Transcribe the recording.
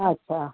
अच्छा